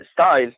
style